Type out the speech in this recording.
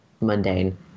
mundane